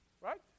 Right